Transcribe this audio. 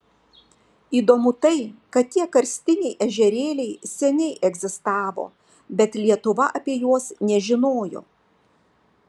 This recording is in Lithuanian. įdomu tai kad tie karstiniai ežerėliai seniai egzistavo bet lietuva apie juos nežinojo